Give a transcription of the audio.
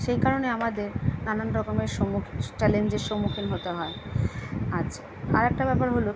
সেই কারণে আমাদের নানান রকমের সম্মুখ চ্যালেঞ্জের সম্মুখীন হতে হয় আজ আর একটা ব্যাপার হলো